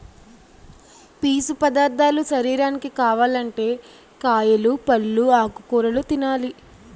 పీసు పదార్ధాలు శరీరానికి కావాలంటే కాయలు, పల్లు, ఆకుకూరలు తినాలి